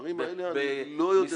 בדברים האלה, אני לא יודע להגיד.